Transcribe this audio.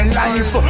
life